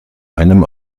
einem